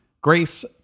GRACE